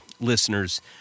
listeners